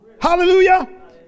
Hallelujah